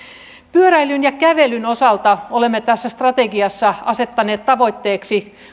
pyöräilyn ja kävelyn osalta olemme tässä strategiassa asettaneet tavoitteeksi